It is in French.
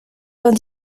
vingt